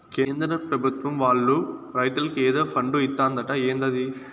కేంద్ర పెభుత్వం వాళ్ళు రైతులకి ఏదో ఫండు ఇత్తందట ఏందది